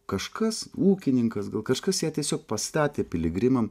kažkas ūkininkas gal kažkas ją tiesiog pastatė piligrimam